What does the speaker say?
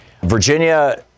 Virginia